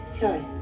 choice